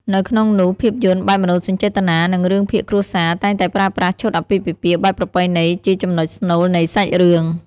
នៅក្នុងនោះភាពយន្តបែបមនោសញ្ចេតនា និងរឿងភាគគ្រួសារ តែងតែប្រើប្រាស់ឈុតអាពាហ៍ពិពាហ៍បែបប្រពៃណីជា ចំណុចស្នូលនៃសាច់រឿង។